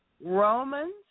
Romans